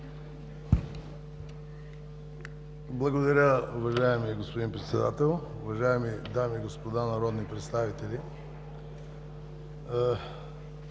Благодаря, уважаеми господин Председател. Уважаеми дами и господа народни представители!